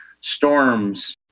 storms